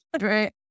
Right